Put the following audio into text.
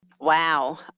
Wow